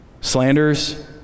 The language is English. slanders